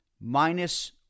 minus